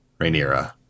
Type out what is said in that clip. Rhaenyra